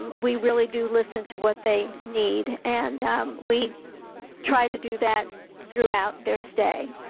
we really do listen to what they need and we tried to do that throughout their stay.